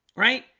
right?